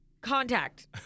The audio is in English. contact